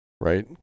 right